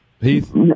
Heath